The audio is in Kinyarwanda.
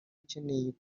ukenera